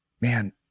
man